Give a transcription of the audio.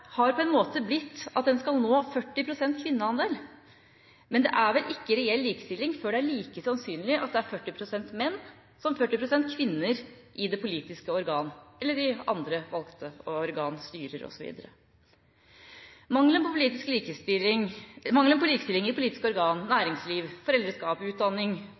har på en måte blitt at en skal nå 40 pst. kvinneandel. Men det er vel ikke reell likestilling før det er like sannsynlig at det er 40 pst. menn som at det er 40 pst. kvinner i politiske organ eller i andre valgte organ, styrer osv.? Mangelen på likestilling i politiske organ, næringsliv, foreldreskap, utdanning